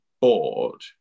bored